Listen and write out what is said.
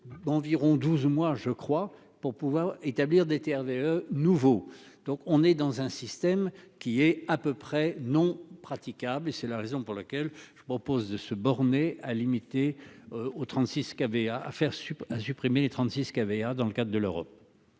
D'environ 12 mois je crois, pour pouvoir établir des TRV nouveau donc on est dans un système qui est à peu près non praticables et c'est la raison pour laquelle je vous propose de se borner à limiter. Au 36 E qu'avait à faire à supprimer les 36 qui avait, dans le cadre de l'Europe.